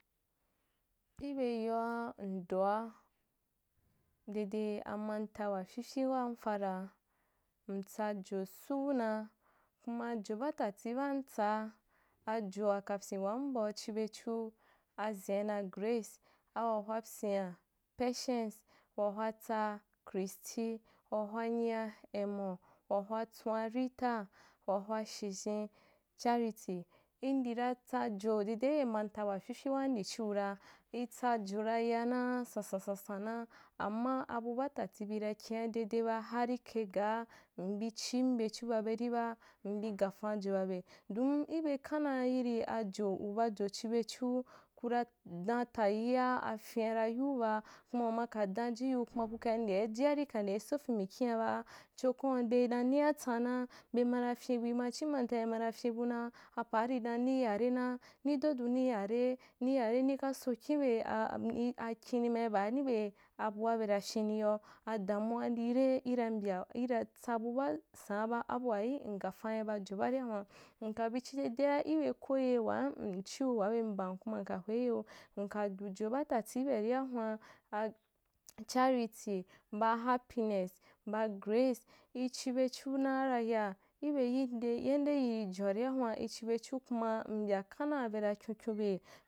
Ibe yoa ndoa, dede amanta wa fyifyi waa nfaraa, ntsajo suuna kuma jo baatati baa ntsaa, ajoa kapyi ~ wan bau chibechu, azinà dan grace awah wapyina, patience, wahwa tsaaa christy, wahwa nyia emo, wahwatswo rita, wahwa shizhen charity uri ra tsajo dedei manta wafyfyi wandi chiura, hsajo raya naa san san san na, ama abu batati bī na kin’adedeba hari kai gaa, mbi chim bechu babe riba, mbi gafan ji babe, don ibe konnaa yiri gjo ubajo chi bechu, kura dan tayia afen’ara yiu ba, kuma uma ka danji you kuma ku kai ndea jiari ka ndei so fin mikin’a ba, chokwan’u bei dan niya tsana, bema ra fyimbu ima chi, manta beun na fyin buna apaa ri dan ni yarena, ni dodon ni yare nika, so kin ibe akini ma ibaa nī be abua bena fyini yoa, adamuwa ira mbya iratsa bu baa sanàba abua yim ngofan bajo baaria hun’a nkabi chi dedea ibe koye waa chiu waa be mbam kuma nka hwei yo, nka du jo baata ti ibearia hun’a, a-charity ba happiness ba grace, ichibechu na araya ibe yandeyi joaria hun’a ichi bechu kuma mbya kanaa bena kyonkyonbe.